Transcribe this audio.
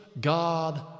God